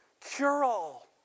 cure-all